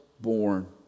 born